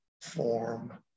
form